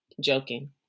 joking